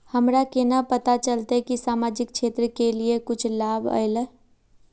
हमरा केना पता चलते की सामाजिक क्षेत्र के लिए कुछ लाभ आयले?